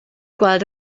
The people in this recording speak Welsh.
gweld